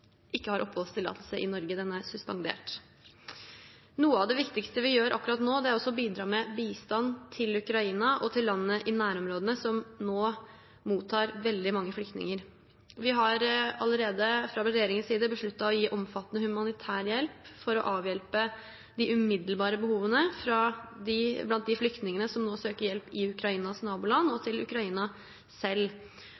ikke har oppholdstillatelse i Norge. Den er suspendert. Noe av det viktigste vi gjør akkurat nå, er å bidra med bistand til Ukraina og til landene i nærområdene, som nå mottar veldig mange flyktninger. Vi har fra regjeringens side allerede besluttet å gi omfattende humanitær hjelp for å avhjelpe de umiddelbare behovene blant de flyktningene som nå søker hjelp i Ukrainas naboland, og